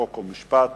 חוק ומשפט